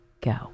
go